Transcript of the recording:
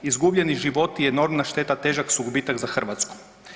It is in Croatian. Izgubljeni životi i enormna šteta težak su gubitak za Hrvatsku.